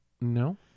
No